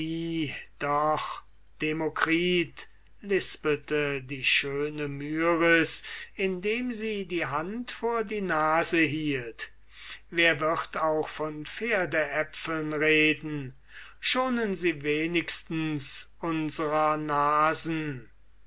doch demokritus lispelte die schöne myris indem sie die hand vor die nase hielt wer wird auch von pferdäpfeln reden schonen sie wenigstens unsrer nasen